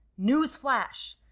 Newsflash